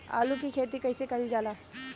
आलू की खेती कइसे कइल जाला?